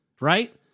right